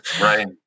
Right